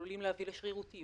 עלולים להביא לשרירותיות.